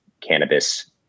cannabis